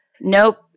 Nope